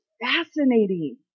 fascinating